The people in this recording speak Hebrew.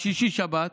שישי-שבת,